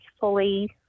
fully